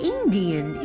Indian